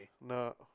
No